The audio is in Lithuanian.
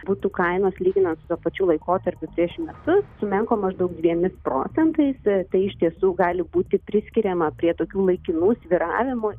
butų kainos lyginant su tuo pačiu laikotarpiu prieš metus sumenko maždaug dviemis procentai tai iš tiesų gali būti priskiriama prie tokių laikinų svyravimų